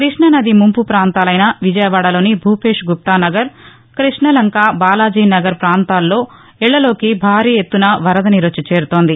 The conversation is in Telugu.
కృష్ణానది ముంపు ప్రాంతాలైన విజయవాడలోని భుపేష్ గుప్తా నగర్ కృష్ణ లంక బాలాజీ నగర్ ప్రాంతాల్లో ఇళ్లలోకి భారీ ఎత్తున వరద నీరు చేరుతోంది